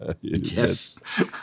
Yes